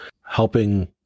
helping